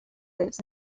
lives